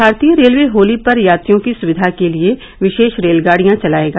भारतीय रेलवे होली पर यात्रियों की सुविधा के लिए विशेष रेलगाड़ियां चलाएगा